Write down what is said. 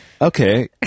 Okay